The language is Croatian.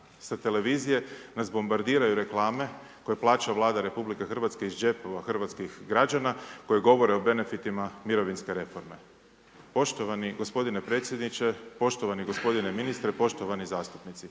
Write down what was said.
sa televizije nas bombardiraju reklame koje plaća Vlada RH iz džepova hrvatskih građama koje govore o benefitima mirovinske reforme. Poštovani gospodine predsjedniče, poštovani gospodine ministre, poštovani zastupnici,